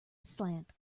slant